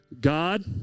God